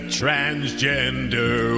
transgender